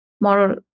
more